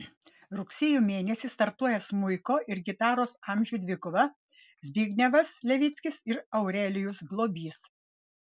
rugsėjo mėnesį startuoja smuiko ir gitaros amžių dvikova zbignevas levickis ir aurelijus globys